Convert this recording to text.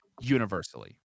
universally